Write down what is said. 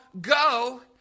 go